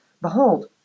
behold